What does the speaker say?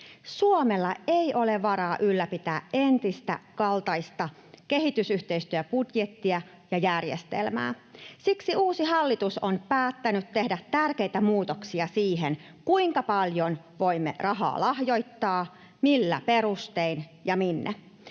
Suomella ei ole varaa ylläpitää entisen kaltaista kehitysyhteistyöbudjettia ja -järjestelmää. Siksi uusi hallitus on päättänyt tehdä tärkeitä muutoksia siihen, kuinka paljon voimme rahaa lahjoittaa, millä perustein ja minne.